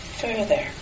further